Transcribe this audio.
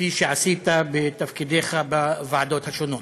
כפי שעשית בתפקידיך בוועדות השונות.